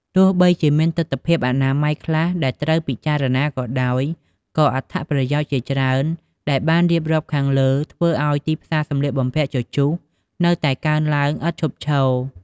ទោះបីជាមានទិដ្ឋភាពអនាម័យខ្លះដែលត្រូវពិចារណាក៏ដោយ ក៏អត្ថប្រយោជន៍ជាច្រើនដែលបានរៀបរាប់ខាងលើធ្វើឱ្យទីផ្សារសម្លៀកបំពាក់ជជុះនៅតែកើនឡើងឥតឈប់ឈរ។